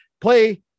Play